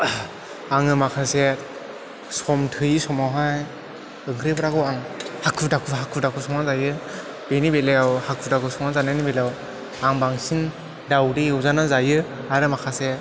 आङो माखासे सम थोयै समावहाय ओंख्रिफोरखौ आं हाखु दाखु हाखु दाखु संना जायो बेनि बेलायाव हाखु दाखु संना जानायनि बेलायाव आं बांसिन दावदै एवजाना जायो आरो माखासे